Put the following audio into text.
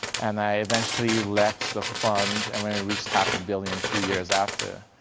and i eventually left the fund and when we reached half a billion three years after.